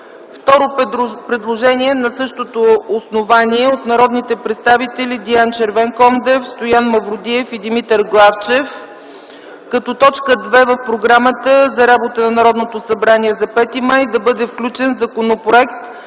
Второ предложение на същото основание е от народните представители Деян Червенкондев, Стоян Мавродиев и Димитър Главчев – като точка втора в програмата за работа на Народното събрание за 5 май да бъде включен Законопроект